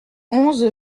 onze